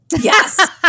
Yes